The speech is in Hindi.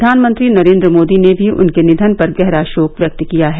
प्रधानमंत्री नरेंद्र मोदी ने भी उनके निधन पर गहरा शोक व्यक्त किया है